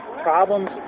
Problems